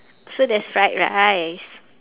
so there's fried rice